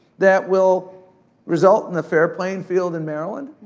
that will result in the fair playing field in maryland,